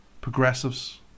progressives